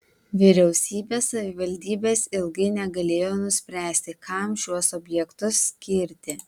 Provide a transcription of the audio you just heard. vyriausybė savivaldybės ilgai negalėjo nuspręsti kam šiuos objektus skirti